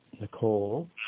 Nicole